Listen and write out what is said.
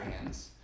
hands